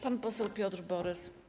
Pan poseł Piotr Borys.